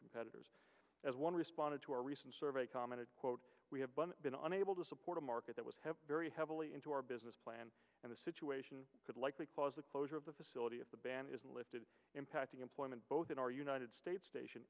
competitors as one responded to our recent survey commented quote we have been unable to support a market that was very heavily into our business plan and a situation could likely cause the closure of the facility of the ban is lifted impacting employment both in our united states station